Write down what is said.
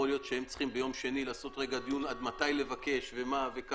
להיות שביום שני הם צריכים לעשות דיון עד מתי לבקש וכו'.